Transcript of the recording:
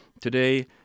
Today